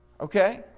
Okay